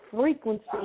frequency